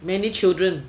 many children